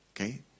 Okay